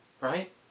right